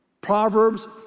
Proverbs